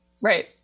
Right